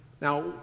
Now